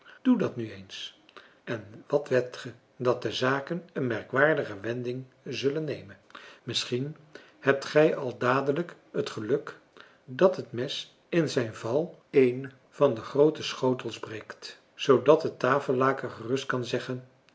doe dàt nu eens en wat wedt ge dat de zaken een merkwaardige wending zullen nemen françois haverschmidt familie en kennissen misschien hebt gij al dadelijk het geluk dat het mes in zijn val een van de groote schotels breekt zoodat het tafellaken gerust kan zeggen